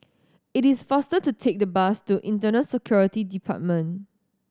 it is faster to take the bus to Internal Security Department